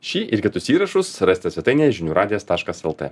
šį ir kitus įrašus rasite svetainėje žinių radijas taškas lt